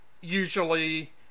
usually